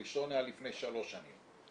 הראשון היה לפני שלוש שנים.